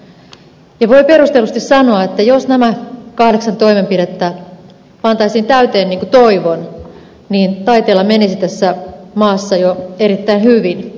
voi perustellusti sanoa että jos nämä kahdeksan toimenpidettä pantaisiin täytäntöön niin kuin toivon taiteella menisi tässä maassa jo erittäin hyvin